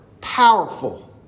powerful